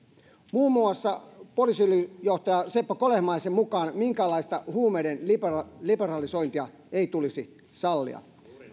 muun muassa poliisiylijohtaja seppo kolehmaisen mukaan minkäänlaista huumeiden liberalisointia ei tulisi sallia